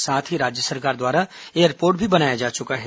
साथ ही राज्य सरकार द्वारा एयरपोर्ट भी बनाया जा चुका है